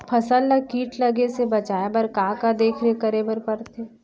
फसल ला किट लगे से बचाए बर, का का देखरेख करे बर परथे?